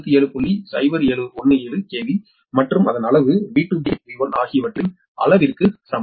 017 KV மற்றும் அளவு V2V1 ஆகியவற்றின் அளவிற்கு சமம்